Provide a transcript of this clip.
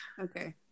Okay